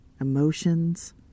emotions